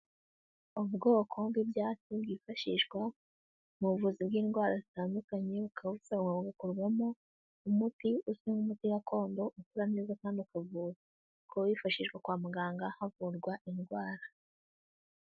Ubwoko bw'ibyatsi bwifashishwa mu buvuzi bw'indwara zitandukanye, bukaba busoromwa bugakorwamo umuti uzwi nk'umuti gakondo ukora neza kandi ukavura. Ukaba wifashishwa kwa muganga havurwa indwara.